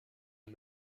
est